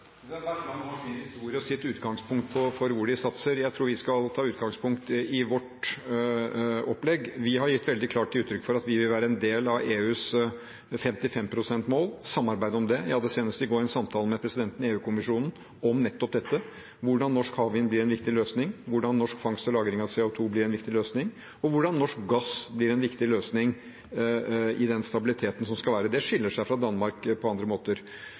sin historie og sitt utgangspunkt for hvor de satser. Jeg tror vi skal ta utgangspunkt i vårt opplegg. Vi har gitt veldig klart uttrykk for at vi vil være en del av EUs 55 pst.-mål, samarbeide om det. Jeg hadde senest i går en samtale med presidenten i EU-kommisjonen om nettopp dette, hvordan norsk havvind bli en viktig løsning, hvordan norsk fangst og lagring av CO 2 blir en viktig løsning, og hvordan norsk gass blir en viktig løsning i den stabiliteten som skal være. Det skiller seg fra Danmark på andre